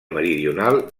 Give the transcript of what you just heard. meridional